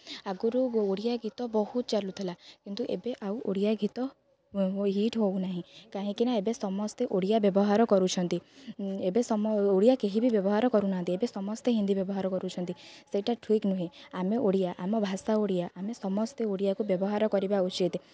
ଆଗରୁ ଓଡ଼ିଆ ଗୀତ ବହୁତ ଚାଲୁଥିଲା କିନ୍ତୁ ଏବେ ଆଉ ଓଡ଼ିଆ ଗୀତ ହିଟ୍ ହେଉନାହିଁ କାହିଁକିନା ଏବେ ସମସ୍ତେ ଓଡ଼ିଆ ବ୍ୟବହାର କରୁଛନ୍ତି ଏବେ ଓଡ଼ିଆ କେହି ବି ବ୍ୟବହାର କରୁନାହାନ୍ତି ଏବେ ସମସ୍ତେ ହିନ୍ଦୀ ବ୍ୟବହାର କରୁଛନ୍ତି ସେଇଟା ଠିକ୍ ନୁହେଁ ଆମେ ଓଡ଼ିଆ ଆମ ଭାଷା ଓଡ଼ିଆ ଆମେ ସମସ୍ତେ ଓଡ଼ିଆକୁ ବ୍ୟବହାର କରିବା ଉଚିତ୍